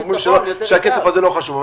אומר שהכסף שרצו לחסוך לא חשוב,